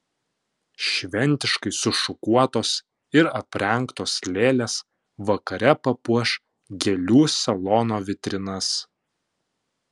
šventiškai sušukuotos ir aprengtos lėlės vakare papuoš gėlių salono vitrinas